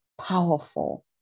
powerful